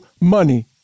money